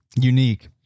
unique